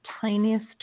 tiniest